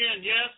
Yes